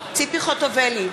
ציפי חוטובלי,